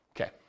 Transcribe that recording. Okay